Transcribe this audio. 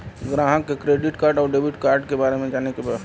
ग्राहक के credit card और डेविड कार्ड के बारे में जाने के बा?